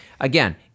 again